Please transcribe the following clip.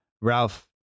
Ralph